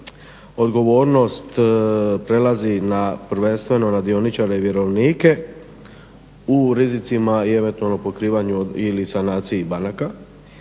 odgovornost prelazi na prvenstveno na dioničare i vjerovnike u rizicima i eventualno pokrivanju ili sanaciji banaka.